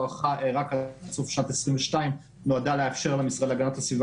רק עד סוף שנת 2022 נועדה לאפשר למשרד להגנת הסביבה